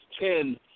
ten